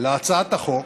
להצעת החוק